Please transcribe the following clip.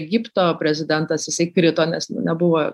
egipto prezidentas jisai krito nes nebuvo